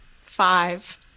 Five